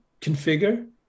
configure